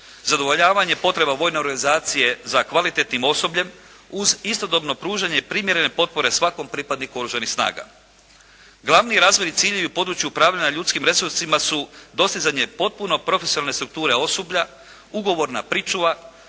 zadovoljavanje potreba vojne organizacije za kvalitetnim osobljem uz istodobno pružanje i primjerene potpore svakom pripadniku oružanih snaga. Glavni razvojni ciljevi u području upravljanja ljudskim resursima dostizanje potpuno profesionalne strukture osoblja, ugovorna pričuva,